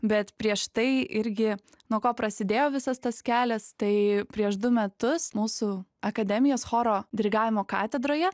bet prieš tai irgi nuo ko prasidėjo visas tas kelias tai prieš du metus mūsų akademijos choro dirigavimo katedroje